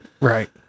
Right